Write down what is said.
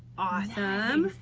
awesome, um